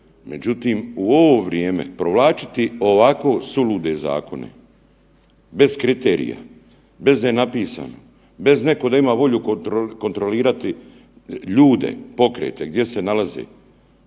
Međutim, u ovo vrijeme provlačiti ovako sulude zakone, bez kriterija, bez da je napisan, bez netko da ima volju kontrolirati ljude, pokrete, gdje se nalaze.